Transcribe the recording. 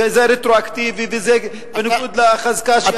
וזה רטרואקטיבי וזה בניגוד לחזקה של,